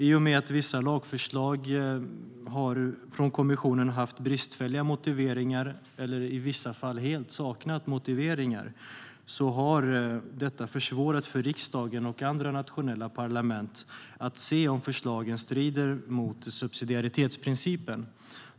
I och med att vissa lagförslag från kommissionen haft bristfälliga motiveringar eller i vissa fall helt saknat motiveringar, har det försvårat för riksdagen och andra nationella parlament att se om förslagen strider mot subsidiaritetsprincipen.